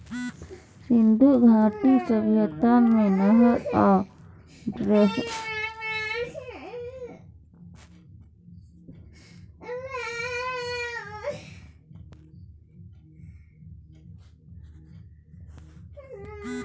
सिन्धु घाटी सभ्यता मे नहर आ ड्रेनेज सिस्टम बनाएल जाइ छै